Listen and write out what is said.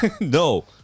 No